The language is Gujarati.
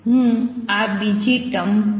હું આ બીજી ટર્મ બદલીશ